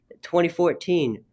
2014